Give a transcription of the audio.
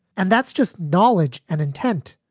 and that's just knowledge and intent.